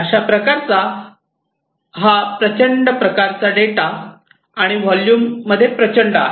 अशा प्रकारचा हा प्रचंड प्रकारचा डेटा आणि व्हॉल्यूम मध्ये प्रचंड आहे